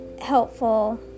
helpful